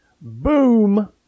boom